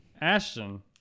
Ashton